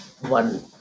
one